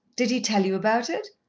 did he tell you about it?